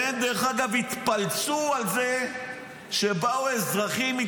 והם, דרך אגב, התפלצו על זה שבאו אזרחים.